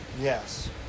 Yes